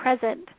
present